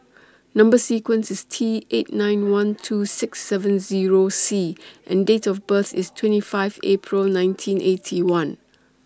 Number sequence IS T eight nine one two six seven Zero C and Date of birth IS twenty five April nineteen Eighty One